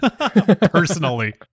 personally